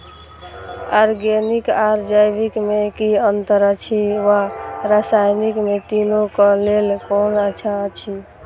Organic आर जैविक में कि अंतर अछि व रसायनिक में तीनो क लेल कोन अच्छा अछि?